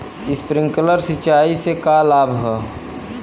Sprinkler सिंचाई से का का लाभ ह?